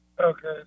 Okay